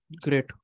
Great